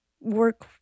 work